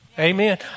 Amen